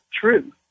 true